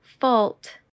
fault